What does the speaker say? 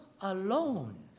alone